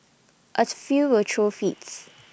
A few will throw fits